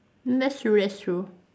that's true that's true